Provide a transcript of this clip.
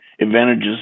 advantages